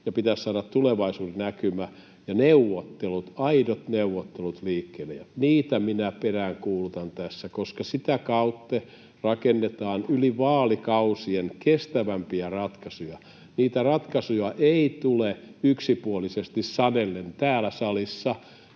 ja pitäisi saada tulevaisuudennäkymä ja neuvottelut, aidot neuvottelut, liikkeelle, ja niitä minä peräänkuulutan tässä, koska sitä kautta rakennetaan kestävämpiä ratkaisuja yli vaalikausien. Niitä ratkaisuja ei tule yksipuolisesti sanellen täällä salissa.